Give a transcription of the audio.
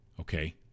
Okay